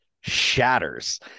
shatters